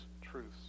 truths